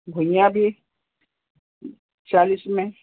घुईया भी चालिस में